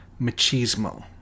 machismo